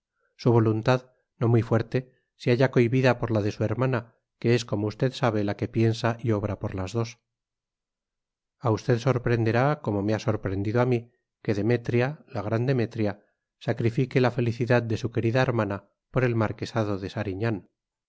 su voluntad no muy fuerte se halla cohibida por la de su hermana que es como usted sabe la que piensa y obra por las dos a usted sorprenderá como me ha sorprendido a mí que demetria la gran demetria sacrifique la felicidad de su querida hermana por el marquesado de sariñán